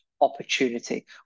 opportunity